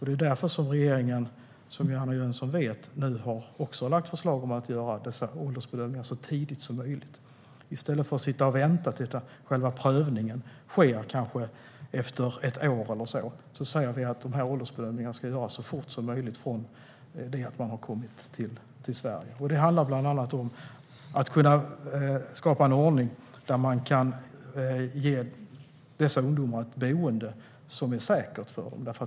Det är därför som regeringen, som Johanna Jönsson vet, nu har lagt fram förslag om att göra dessa åldersbedömningar så tidigt som möjligt. I stället för att vänta tills att själva prövningen sker efter ett år eller så, säger vi att åldersbedömningarna ska göras så fort som möjligt från det att den sökande har kommit till Sverige. Det handlar bland annat om att skapa en ordning där dessa ungdomar kan ges ett säkert boende.